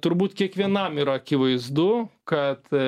turbūt kiekvienam yra akivaizdu kad